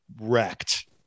wrecked